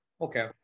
Okay